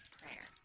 prayer